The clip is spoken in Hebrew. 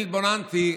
ואני התבוננתי,